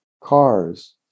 cars